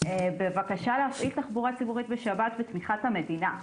בבקשה להפעיל תחבורה ציבורית בשבת בתמיכת המדינה.